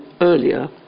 earlier